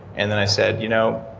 and then i said, you know,